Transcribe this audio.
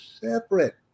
separate